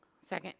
second